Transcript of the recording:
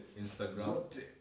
Instagram